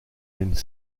une